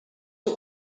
are